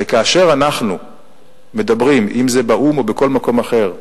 וכאשר אנחנו מדברים, אם באו"ם או בכל מקום אחר,